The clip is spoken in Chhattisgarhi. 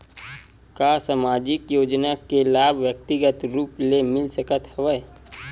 का सामाजिक योजना के लाभ व्यक्तिगत रूप ले मिल सकत हवय?